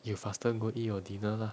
you faster go eat your dinner lah